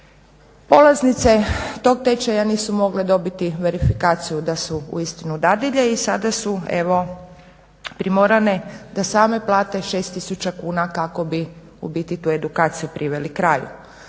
Polaznice tog tečaja nisu mogle dobiti verifikaciju da su uistinu dadilje i sada su evo primorane da same plate 6 tisuća kuna kako bi u biti tu edukaciju priveli kraju.